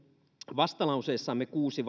vastalauseessamme kuusi